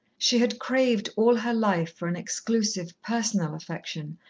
she had craved all her life for an exclusive, personal affection,